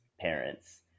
parents